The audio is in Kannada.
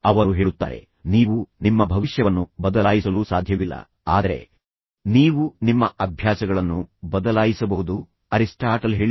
ಅವರು ಹೇಳುತ್ತಾರೆ ನೀವು ನಿಮ್ಮ ಭವಿಷ್ಯವನ್ನು ಬದಲಾಯಿಸಲು ಸಾಧ್ಯವಿಲ್ಲ ಆದರೆ ನೀವು ನಿಮ್ಮ ಅಭ್ಯಾಸಗಳನ್ನು ಬದಲಾಯಿಸಬಹುದು ನೀವು ನಿಮ್ಮ ಭವಿಷ್ಯವನ್ನು ಬದಲಾಯಿಸಲು ಸಾಧ್ಯವಿಲ್ಲ